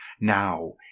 Now